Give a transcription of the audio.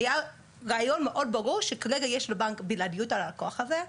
זה היה רעיון מאוד ברור שכרגע יש לבנק בלעדיות על הלקוח הזה.